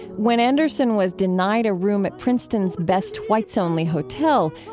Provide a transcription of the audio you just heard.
when anderson was denied a room at princeton's best whites only hotel,